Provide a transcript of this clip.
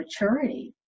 maturity